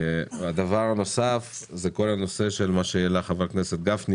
הדבר הנוסף של כל הנושא של מה שהעלה חבר הכנסת גפני